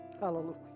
hallelujah